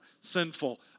sinful